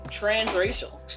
transracial